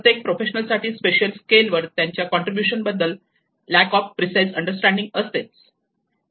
प्रत्येक प्रोफेशनल साठी spatial scale वर त्यांच्या कॉन्ट्रीब्युशन बद्दल ल्याक ऑफ प्रिसाईज अंडरस्टँडिंग असते